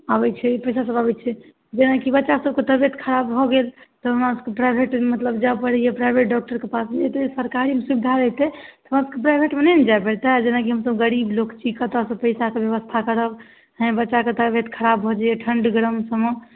आबै छै पैसासभ आबै छै जेनाकि बच्चा सभके तबियत खराब भऽ गेल तऽ हमरासभके प्राइभेट मतलब जाए पड़ैए प्राइभेट डॉक्टरके पास एतेक जे सरकारी सुविधा रहितै तऽ हमरासभके प्राइभेटमे नहि ने जाए पड़ितए जेनाकि हमसभ गरीब लोक छी कतयसँ पैसाके व्यवस्था करब हेँ बच्चाके तबियत खराब भऽ जाइए ठंड गरम सभमे